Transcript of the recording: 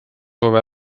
soovi